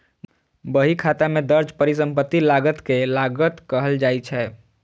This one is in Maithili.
बहीखाता मे दर्ज परिसंपत्ति लागत कें लागत कहल जाइ छै